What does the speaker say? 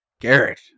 Garrett